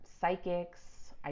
psychics